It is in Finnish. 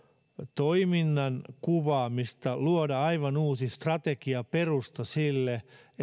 toiminnan kuvaamista luoda aivan uusi strategia ja perusta sille